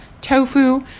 tofu